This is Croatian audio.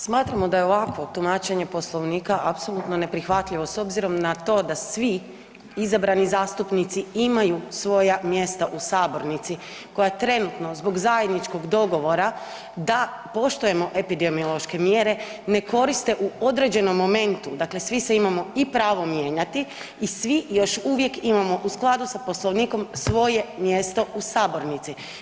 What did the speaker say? Smatramo da je ovakvo tumačenje Poslovnika apsolutno neprihvatljivo s obzirom da svi izabrani zastupnici imaju svoja mjesta u sabornici koja trenutno zbog zajedničkog dogovora da poštujemo epidemiološke mjere ne koriste u određenom momentu, dakle svi se imamo i pravo mijenjati i svi još uvijek imamo u skladu s Poslovnikom svoje mjesto u sabornici.